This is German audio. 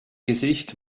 gesicht